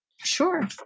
Sure